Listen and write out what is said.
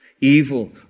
evil